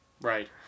Right